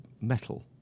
metal